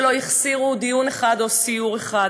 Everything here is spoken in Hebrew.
שלא החסירו דיון אחד או סיור אחד.